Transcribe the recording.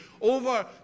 over